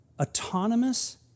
autonomous